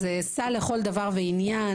זה סל לכל דבר ועניין,